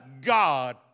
God